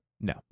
No